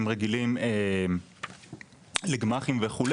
הם רגילים לגמ"חים וכו',